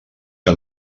que